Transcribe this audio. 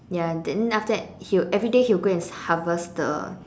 ya then after that he will everyday he will go and harvest the